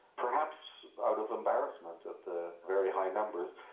perhaps out of embarrassment at the very high numbers.